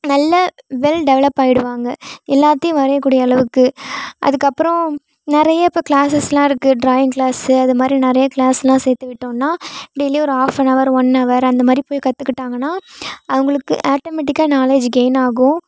நல்ல well develop ஆகிடுவாங்க எல்லாத்தையும் வரையக்கூடிய அளவுக்கு அதுக்கப்புறம் நிறைய இப்போ க்ளாஸஸ்லாம் இருக்குது ட்ராயிங் க்ளாஸ் அதுமாதிரி நிறைய க்ளாஸ்லாம் சேர்த்துவிட்டோன்னா டெய்லியும் ஒரு half an hour one hour அந்தமாதிரி போய் கற்றுக்கிட்டாங்கனா அவங்களுக்கு ஆட்டோமெட்டிக்காக நாலேஜ் கெயின் ஆகும்